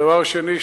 הדבר השני,